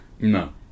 No